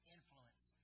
Influence